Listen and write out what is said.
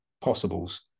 possibles